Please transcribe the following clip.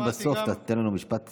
אשמח אם בסוף אתה תיתן לנו משפט סיכום,